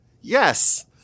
yes